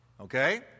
okay